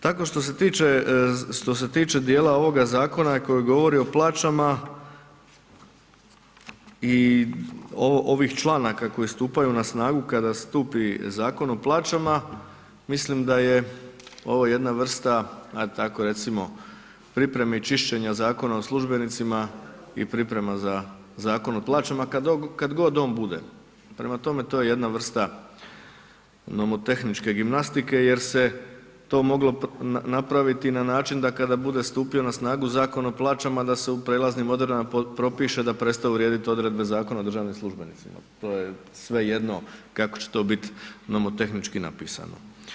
Tako što se tiče, što se tiče dijela ovoga Zakona koji govori o plaćama i ovih članaka koji stupaju na snagu kada stupi Zakon o plaćama, mislim da je ovo jedna vrsta, ajde tako recimo pripreme i čišćenje Zakona o službenicima i priprema za Zakon o plaćama kad god on bude, prema tome to je jedna vrsta nomotehničke gimnastike jer se to moglo napraviti i na način da kada bude stupio na snagu Zakon o plaćama da se u prijelaznim odredbama propiše da prestaju vrijediti odredbe Zakona o državnim službenicima, to je svejedno kako će to bit nomotehnički napisano.